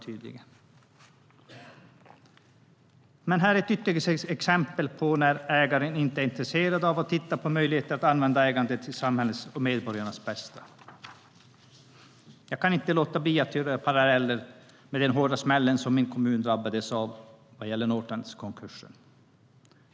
Det är ytterligare ett exempel på när ägaren inte är intresserad av att titta på möjligheterna att använda ägandet till samhällets och medborgarnas bästa. Jag kan inte låta bli att dra paralleller med den hårda smäll som min kommun drabbades av i Northlandskonkursen.